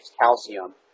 calcium